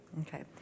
Okay